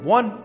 One